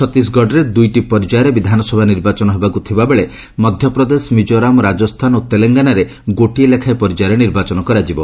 ଛତିଶଗଡ଼ରେ ଦୁଇଟି ପର୍ଯ୍ୟାୟରେ ବିଧାନସଭା ନିର୍ବାଚନ ହେବାକୁ ଥିବାବେଳେ ମଧ୍ୟପ୍ରଦେଶ ମିଜୋରାମ ରାଜସ୍ଥାନ ଓ ତେଲଙ୍ଗାନାରେ ଗୋଟିଏ ଲେଖାଏଁ ପର୍ଯ୍ୟାୟରେ ନିର୍ବାଚନ କରାଯିବ